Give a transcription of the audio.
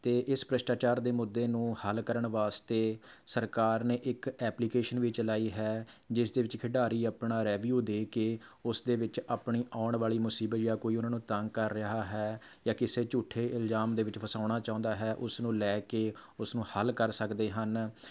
ਅਤੇ ਇਸ ਭ੍ਰਿਸ਼ਟਾਚਾਰ ਦੇ ਮੁੱਦੇ ਨੂੰ ਹੱਲ ਕਰਨ ਵਾਸਤੇ ਸਰਕਾਰ ਨੇ ਇੱਕ ਐਪਲੀਕੇਸ਼ਨ ਵੀ ਚਲਾਈ ਹੈ ਜਿਸ ਦੇ ਵਿਚ ਖਿਡਾਰੀ ਆਪਣਾ ਰੇਵਿਊ ਦੇ ਕੇ ਉਸ ਦੇ ਵਿੱਚ ਆਪਣੀ ਆਉਣ ਵਾਲੀ ਮੁਸੀਬਤ ਜਾਂ ਕੋਈ ਉਹਨਾਂ ਨੂੰ ਤੰਗ ਕਰ ਰਿਹਾ ਹੈ ਜਾਂ ਕਿਸੇ ਝੂਠੇ ਇਲਜ਼ਾਮ ਦੇ ਵਿੱਚ ਫਸਾਉਣਾ ਚਾਹੁੰਦਾ ਹੈ ਉਸ ਨੂੰ ਲੈ ਕੇ ਉਸ ਨੂੰ ਹੱਲ ਕਰ ਸਕਦੇ ਹਨ